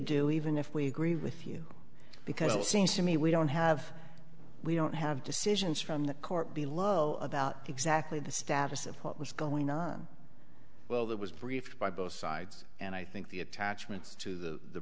do even if we agree with you because it seems to me we don't have we don't have decisions from the court below about exactly the status of what was going on well that was briefed by both sides and i think the attachments to the